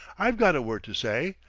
i've got a word to say,